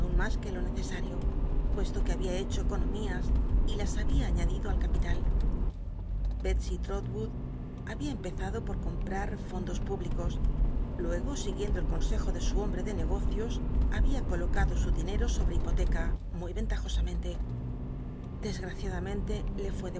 mas que lo neccsario puesto que había hecho economías y las babia añadido al capital bctsey trotwood babia empezado por comprar fondos públicos luego siguiendo el consejo de su hombre de negocios babia colocado su dinero sobre hipoteca muy ventajosamente dcsgtaciadamenle le